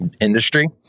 industry